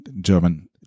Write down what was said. german